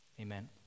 Amen